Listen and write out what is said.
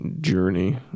Journey